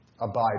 Abide